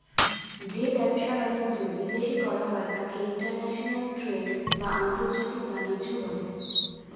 যে ব্যবসা বাণিজ্য বিদেশে করা হয় তাকে ইন্টারন্যাশনাল ট্রেড বা আন্তর্জাতিক বাণিজ্য বলে